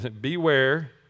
beware